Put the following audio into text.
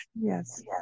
Yes